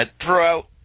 throughout